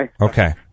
Okay